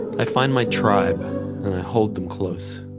i find my tribe and i hold them close.